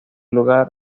lugar